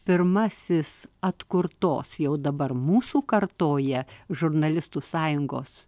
pirmasis atkurtos jau dabar mūsų kartoje žurnalistų sąjungos